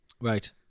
Right